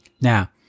Now